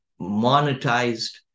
monetized